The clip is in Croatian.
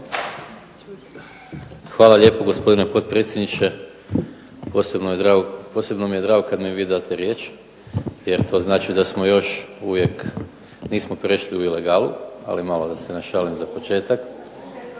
Hvala lijepo gospodine potpredsjedniče, posebno mi je drago kada mi vi date riječ, to znači da još uvijek nismo prešli u ilegalu, malo da se našalim za početak.